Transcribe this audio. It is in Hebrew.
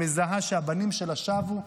היא מזהה שהבנים שלה שבו,